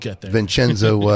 Vincenzo